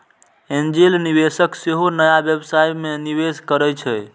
angel निवेशक सेहो नया व्यवसाय मे निवेश करै छै